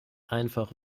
einfach